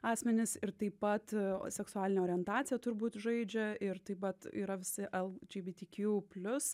asmenys ir taip pat seksualinė orientacija turbūt žaidžia ir taip pat yra visi lgbt kjū plius